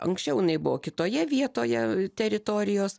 anksčiau jinai buvo kitoje vietoje teritorijos